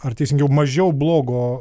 ar teisingiau mažiau blogo